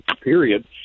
Period